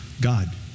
God